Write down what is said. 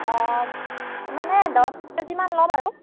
অঁ মানে দছ কেজিমান ল'ম আৰু